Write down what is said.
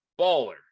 baller